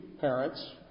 parents